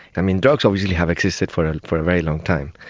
i mean, drugs obviously have existed for and for a very long time.